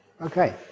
Okay